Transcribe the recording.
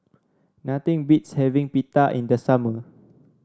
nothing beats having Pita in the summer